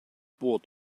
bor